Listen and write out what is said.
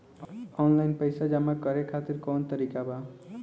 Online पइसा जमा करे खातिर कवन तरीका बा?